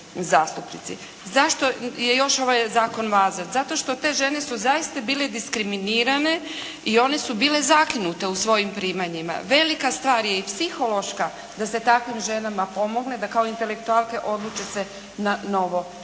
Zašto je još ovaj zakon važan? Zato što te žene su zaista bile diskriminirane i one su bile zakinute u svojim primanjima. Velika stvar je i psihološka da se takvim ženama pomogne, da kao intelektualke odluče se na novo dijete.